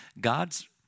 God's